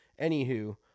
Anywho